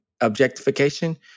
objectification